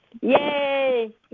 Yay